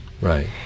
Right